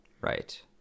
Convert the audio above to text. right